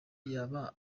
yaba